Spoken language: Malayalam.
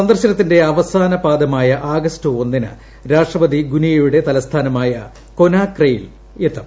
സന്ദർശനത്തിന്റെ അവസാന പാദമായ ആഗസ്റ്റ് ഒന്നിന് രാഷ്ട്രപതി ഗുനിയയുടെ തലസ്ഥാനമായ കൊനാക്രൈയിൽ എത്തും